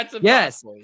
yes